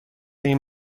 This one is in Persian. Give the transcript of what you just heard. این